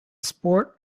sport